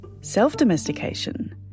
Self-domestication